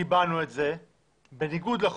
קיבלנו את זה בניגוד לחוק,